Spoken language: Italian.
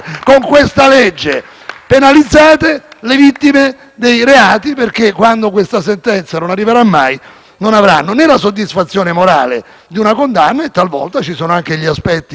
Penalizzate le vittime dei reati perché, quando questa sentenza mai arriverà, non avranno né la soddisfazione morale di una condanna né gli aspetti collaterali